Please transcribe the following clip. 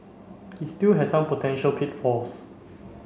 it still has some potential pitfalls